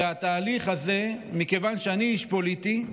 מכיוון שאני איש פוליטי,